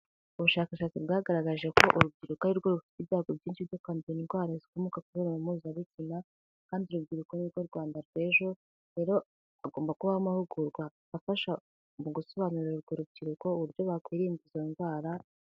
Ubushakashatsi bwagaragaje ko urubyiruko ari rwo rufite ibyago byinshi byo kwandu indwara zikomoka ku mibonano mpuzabitsina, kandi urubyiruko ni rwo Rwanda rw'ejo, rero hagomba kubaho amahugurwa afasha mu gusobanurira urubyiruko uburyo bakwirinda izo ndwara.